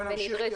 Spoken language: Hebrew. בואי נמשיך.